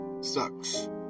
sucks